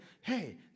hey